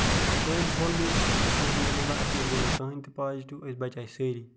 تہٕ سٲنۍ فیملی الحمداللہ اسہِ منٛز گوٚو نہٕ کٕہِنۍ تہِ پازِٹیوٗ أسۍ بچایے سٲری